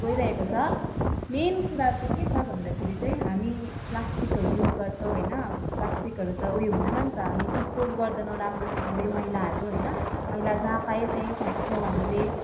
गइरहेको छ मेन कुरा चाहिँ के छ भन्दाखेरि चाहिँ हामी प्लास्टिकहरू युज गर्छौँ होइन प्लास्टिकहरू त उयो हुँदैन नि त हामी डिस्पोज गर्दैनौँ राम्रोसँगले मैलाहरू होइन मैला जहाँ पायो त्यहीँ फ्याँक्छौँ हामीले